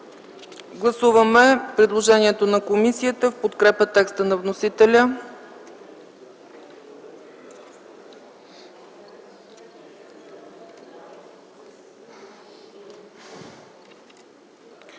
гласуване предложенията на комисията в подкрепя текста на вносителя